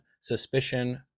Suspicion